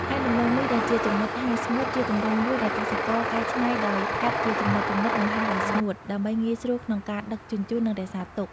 ឯដំឡូងមីដែលជាចំណិតហាលស្ងួត ជាទម្រង់មួយដែលកសិករកែច្នៃដោយកាត់ជាចំណិតៗ និងហាលឲ្យស្ងួត ដើម្បីងាយស្រួលក្នុងការដឹកជញ្ជូន និងរក្សាទុក។